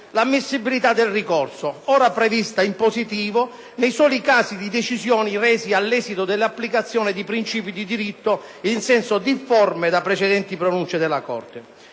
l’ammissibilitadel ricorso, ora prevista (in positivo) nei soli casi di decisioni rese all’esito dell’applicazione di principi di diritto in senso difforme da precedenti pronunce della Corte;